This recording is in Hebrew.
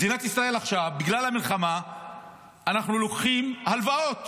עכשיו בגלל המלחמה מדינת ישראל לוקחת הלוואות